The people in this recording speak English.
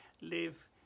live